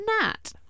Nat